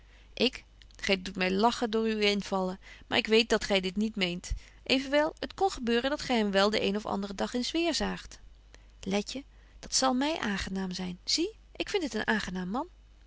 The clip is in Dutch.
ik gy doet my lachen door uwe invallen maar ik weet dat gy dit niet meent evenwel het kon gebeuren dat gy hem wel den een of anderen dag eens weer zaagt letje dat zal my aangenaam zyn zie ik vind het een aangenaam man